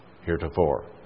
heretofore